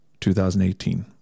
2018